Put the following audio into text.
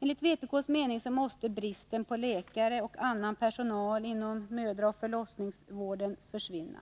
Enligt vpk:s mening måste bristen på läkare och annan personal inom mödraoch förlossningsvården försvinna.